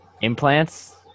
Implants